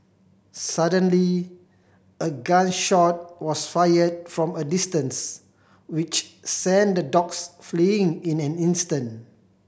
suddenly a gun shot was fired from a distance which sent the dogs fleeing in an instant